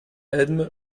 edme